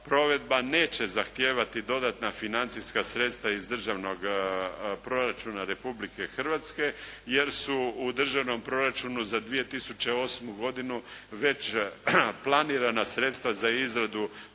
provedba neće zahtijevati dodatna financijska sredstva iz Državnog proračuna Republike Hrvatske jer su u Državnom proračunu za 2008. godinu već planirana sredstva za izradu